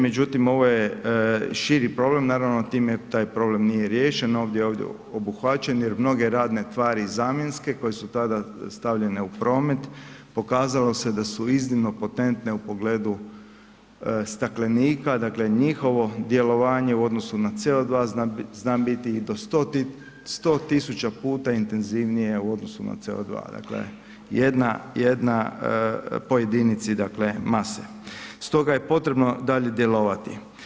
Međutim, ovo je širi problem, naravno time taj problem nije riješena, ovdje je obuhvaćen jer mnoge radne tvari i zamjenske koje su tada stavljene u promet pokazalo se da su iznimno potentne u pogledu staklenika, dakle njihovo djelovanje u odnosu na CO2 zna biti i do 100.000 puta intenzivnije u odnosu na CO2, dakle, jedna, jedna, po jedinici dakle mase, stoga je potrebno dalje djelovati.